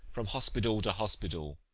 from hospital to hospital.